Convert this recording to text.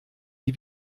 die